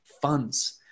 funds